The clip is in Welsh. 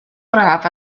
braf